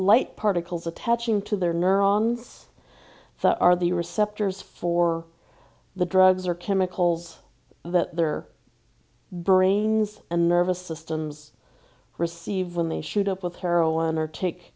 light particles attaching to their neurons that are the receptacles for the drugs or chemicals that their brains and nervous systems receive when they shoot up with heroin or take